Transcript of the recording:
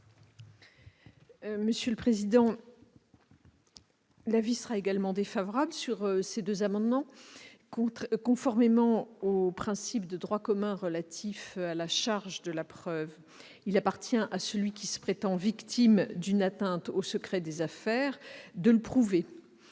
Gouvernement est également défavorable. Conformément au principe de droit commun relatif à la charge de la preuve, il appartient à celui qui se prétend victime d'une atteinte au secret des affaires de le prouver.